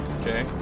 Okay